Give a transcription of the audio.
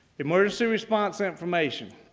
emergency response information.